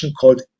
called